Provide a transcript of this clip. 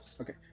okay